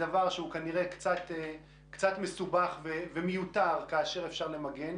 כנראה מסובך מדיי ומיותר כאשר אפשר למגן.